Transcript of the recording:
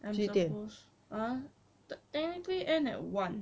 I'm supposed !huh! technically end at one